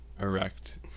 erect